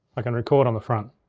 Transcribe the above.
i can record on the front.